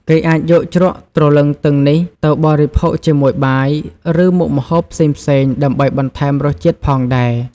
គេអាចយកជ្រក់ត្រលឹងទឹងនេះទៅបរិភោគជាមួយបាយ ឬមុខម្ហូបផ្សេងៗដើម្បីបន្ថែមរសជាតិផងដែរ។